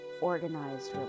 organized